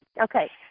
okay